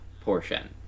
portion